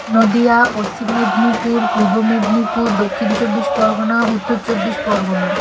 Nadia Paschim Medinipur Purba Medinipur Dakshin Chabbish Pargana Uttar Chabbish Pargana